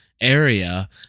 area